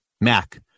Mac